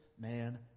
man